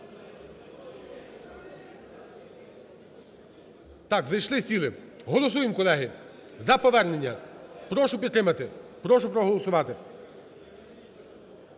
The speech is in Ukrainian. Так, зайшли, сіли. Голосуємо, колеги, за повернення. Прошу підтримати. Прошу проголосувати.